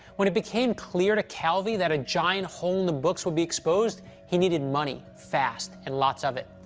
when it became clear to calvi that a giant hole in the books would be exposed, he needed money fast and lots of it.